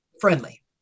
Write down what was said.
friendly